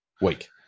Week